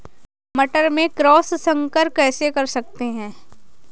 मटर में क्रॉस संकर कैसे कर सकते हैं?